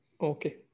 Okay